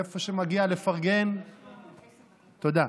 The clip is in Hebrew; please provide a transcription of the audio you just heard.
איפה שמגיע לפרגן, תודה.